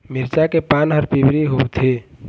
मिरचा के पान हर पिवरी होवथे?